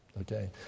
Okay